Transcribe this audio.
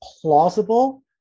plausible